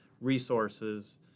resources